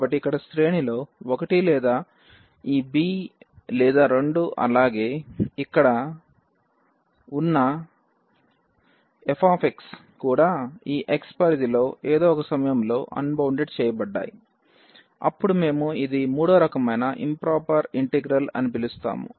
కాబట్టి ఇక్కడ శ్రేణి లో ఒకటి లేదా ఈ b లేదా రెండూ అలాగే ఇక్కడ ఉన్న f కూడా ఈ X పరిధిలో ఏదో ఒక సమయంలో అన్బౌండెడ్ చేయబడ్డాయి అప్పుడు మేము ఇది మూడవ రకమైన ఇంప్రొపెర్ ఇంటిగ్రల్ అని పిలుస్తాము